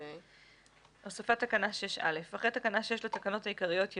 תיקון תקנות 5 ו-6 בתקנות 5 ו-6 לתקנות העיקריות,